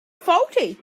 faulty